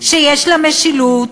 שיש לה משילות,